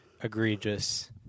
egregious